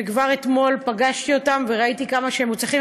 וכבר אתמול פגשתי אותם וראיתי כמה שהם מוצלחים.